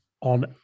on